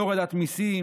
בהורדת מיסים.